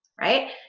Right